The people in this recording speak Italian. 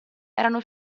erano